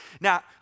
Now